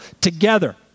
together